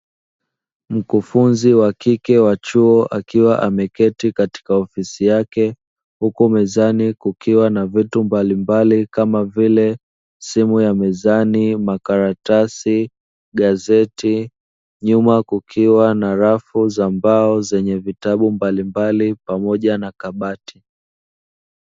Mkufunzi wa kike wa chuo akiwa ameketi katika ofisi yake huku mezani kukiwa na vitu mbalimbali kama vile simu ya mezani, makaratasi, gazeti nyuma kukiwa rafu za mbao zenye vitabu mbalimbali pamoja na kabati.